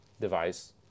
device